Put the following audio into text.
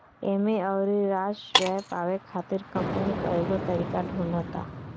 एमे अउरी राजस्व पावे खातिर कंपनी कईगो तरीका ढूंढ़ता